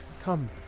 Come